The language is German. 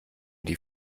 die